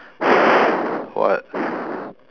what